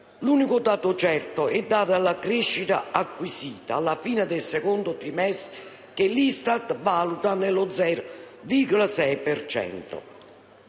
L'unico dato certo è dato dalla crescita acquisita alla fine del secondo trimestre, che l'ISTAT valuta nello 0,6